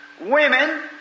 women